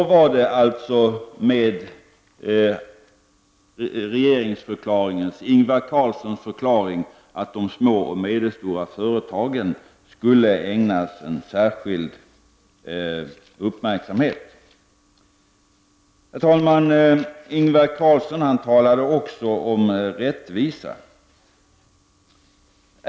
Så var det alltså med Ingvar Carlssons regeringsförklaring att de små och medelstora företagen skulle ägnas en särskild uppmärksamhet. Herr talman! Ingvar Carlsson talade också om rättvisa.